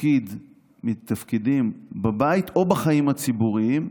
תפקיד מהתפקידים, בבית או בחיים הציבוריים,